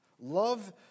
Love